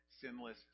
sinless